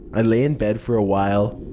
i lay in bed for a while,